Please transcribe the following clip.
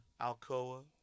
Alcoa